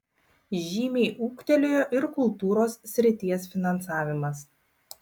žymiai ūgtelėjo ir kultūros srities finansavimas